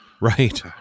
Right